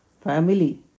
family